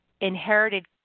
inherited